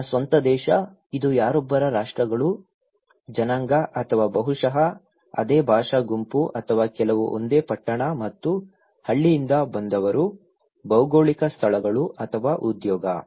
ನನ್ನ ಸ್ವಂತ ದೇಶ ಇದು ಯಾರೊಬ್ಬರ ರಾಷ್ಟ್ರಗಳು ಜನಾಂಗ ಅಥವಾ ಬಹುಶಃ ಅದೇ ಭಾಷಾ ಗುಂಪು ಅಥವಾ ಕೆಲವು ಒಂದೇ ಪಟ್ಟಣ ಮತ್ತು ಹಳ್ಳಿಯಿಂದ ಬಂದವರು ಭೌಗೋಳಿಕ ಸ್ಥಳಗಳು ಅಥವಾ ಉದ್ಯೋಗ